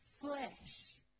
flesh